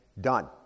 done